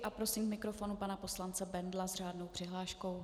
A prosím k mikrofonu pana poslance Bendla s řádnou přihláškou.